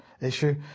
issue